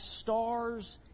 stars